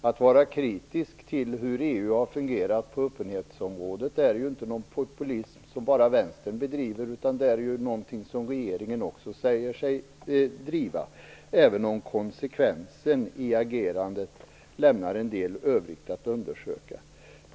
Att vara kritisk till hur EU har fungerat på öppenhetsområdet är inte någon populism, som bara Vänstern driver, utan det är någonting som regeringen också säger sig driva, även om konsekvensen i agerandet lämnar en del i övrigt att önska.